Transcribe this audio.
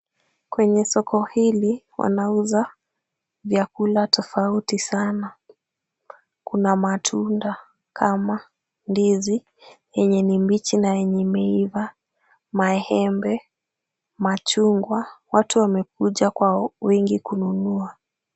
Kwenye soko hili wanauza vyakula tofauti sana. Kuna matunda kama ndizi, yenye ni mbichi na yenye imeiva, maembe, machungwa. Watu wamekuja kwa wingi kununua.